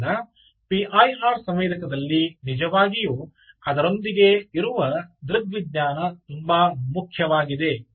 ಆದ್ದರಿಂದ P I R ಸಂವೇದಕದಲ್ಲಿ ನಿಜವಾಗಿಯೂ ಅದರೊಂದಿಗೆ ಇರುವ ದೃಗ್ವಿಜ್ಞಾನ ತುಂಬಾ ಮುಖ್ಯವಾಗಿದೆ